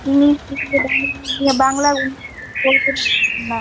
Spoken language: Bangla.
ইংলিশ শিখলে বাংলা নিয়ে বাংলা কিছু বলবে না কিছু না